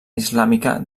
islàmica